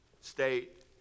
state